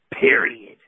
Period